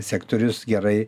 sektorius gerai